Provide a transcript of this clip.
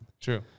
True